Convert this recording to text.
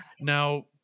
now